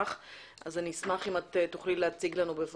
כשלא תמיד ניתנת להם העשרה סביבתית,